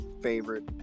favorite